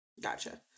Gotcha